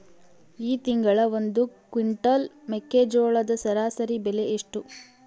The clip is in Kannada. ಈ ತಿಂಗಳ ಒಂದು ಕ್ವಿಂಟಾಲ್ ಮೆಕ್ಕೆಜೋಳದ ಸರಾಸರಿ ಬೆಲೆ ಎಷ್ಟು?